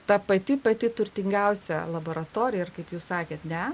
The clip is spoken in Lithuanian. ta pati pati turtingiausia laboratorija ir kaip jūs sakėte ne